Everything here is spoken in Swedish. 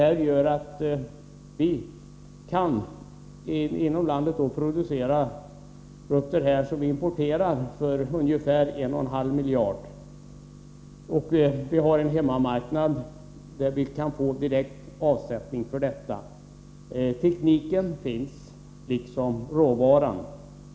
Detta innebär att vi inom landet kan framställa produkter som vi i dag importerar för ungefär 1,5 miljarder kronor. Vi har en hemmamarknad där man direkt kan få avsättning för dessa. Tekniken finns, liksom råvaran.